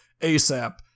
ASAP